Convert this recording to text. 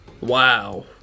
Wow